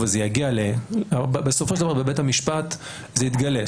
בהסכמתו, בסופו של דבר בבית המשפט זה יתגלה.